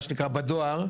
מה שנקרא בדואר.